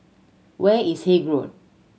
where is Haig Road